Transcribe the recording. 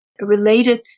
related